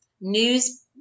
news